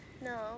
No